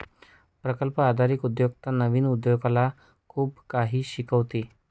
प्रकल्प आधारित उद्योजकता नवीन उद्योजकाला खूप काही शिकवते